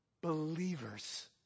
Believers